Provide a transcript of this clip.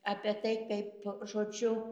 apie tai kaip žodžiu